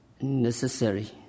necessary